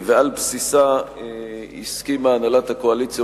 ועל בסיסה הסכימה הנהלת הקואליציה,